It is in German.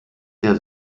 der